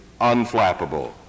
unflappable